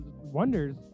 wonders